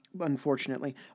unfortunately